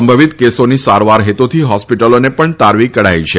સંભવિત કેસોની સારવાર હેતુથી હોસ્પિટલોને પણ તારવી કઢાઇ છે